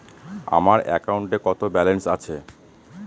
আমার অ্যাকাউন্টে কত ব্যালেন্স আছে?